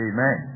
Amen